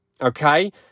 Okay